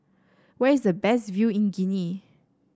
where is the best view in Guinea